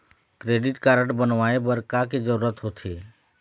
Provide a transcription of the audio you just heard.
Credit card बनवाए बर का के जरूरत होते?